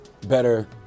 better